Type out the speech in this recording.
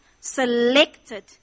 selected